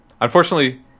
unfortunately